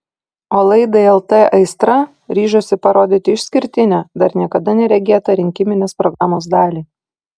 o laidai lt aistra ryžosi parodyti išskirtinę dar niekada neregėtą rinkiminės programos dalį